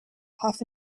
half